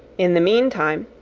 in the meantime,